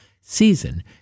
season